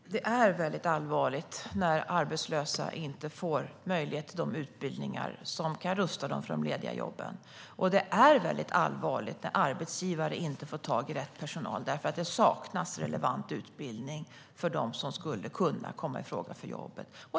Fru talman! Det är väldigt allvarligt när arbetslösa inte får möjlighet till de utbildningar som kan rusta dem för de lediga jobben. Det är väldigt allvarligt när arbetsgivare inte får tag i rätt personal därför att det saknas relevant utbildning för dem som skulle kunna komma i fråga för jobbet.